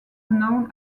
known